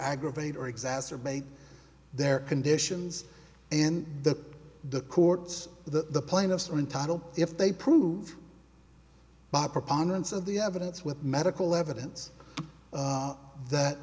aggravate or exacerbate their conditions and the the courts that the plaintiffs are entitled if they prove by preponderance of the evidence with medical evidence that